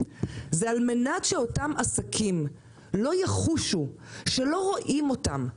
זה שעל מנת שאותם עסקים לא יחושו שלא רואים אותם,